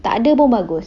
tak ada pun bagus